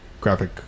graphic